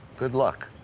good luck.